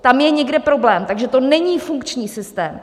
Tam je někde problém, takže to není funkční systém.